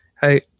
hey